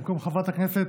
במקום חברת הכנסת